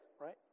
right